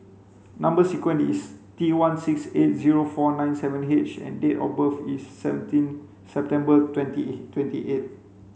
number sequence is T one six eight zero four nine seven H and date of birth is seventeen September twenty twenty eight